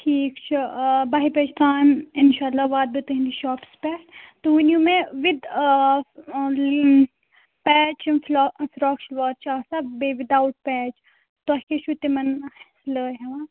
ٹھیٖک چھُ آ بَہہِ بَجہِ تانۍ اِنشاء اللہ واتہٕ بہٕ تُہٕنٛدِس شاپَس پٮ۪ٹھ تُہۍ ؤنِو مےٚ وِد آ لِن پیچ یِم فِلا فِلا فِراکھ شِلوار چھِ آسان بیٚیہِ وِد آوُٹ پیچ تۄہہِ کیٛاہ چھُو تِمَن سِلٲے ہٮ۪وان